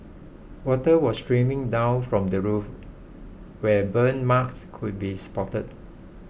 water was streaming down from the roof where burn marks could be spotted